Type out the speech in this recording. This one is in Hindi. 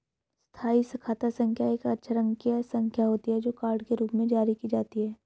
स्थायी खाता संख्या एक अक्षरांकीय संख्या होती है, जो कार्ड के रूप में जारी की जाती है